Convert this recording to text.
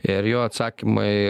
ir jo atsakymai